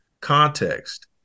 context